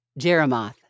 Jeremoth